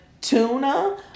tuna